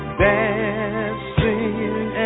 dancing